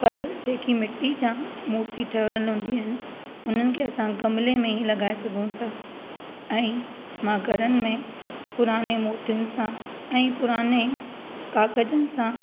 पर जेकी मिटी जा मूर्ती ठहियलु हूंदी आहिनि उन्हनि खे असां ग़मले में ई लॻाए सघूं था ऐं मां घरनि में पुराणियूं मूर्तियुनि सां ऐं पुराणे काग़ज़नि सां